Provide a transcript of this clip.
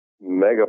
mega